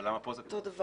אבל למה כאן זה קורה?